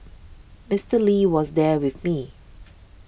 Mister Lee was there with me